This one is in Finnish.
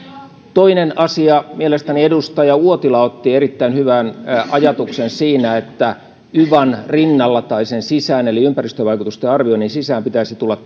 toinen asia mielestäni edustaja uotila otti erittäin hyvän ajatuksen siinä että yvan rinnalle tai sen sisään eli ympäristövaikutusten arvioinnin sisään pitäisi tulla